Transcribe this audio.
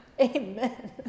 amen